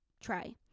try